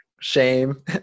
shame